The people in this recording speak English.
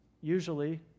usually